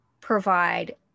provide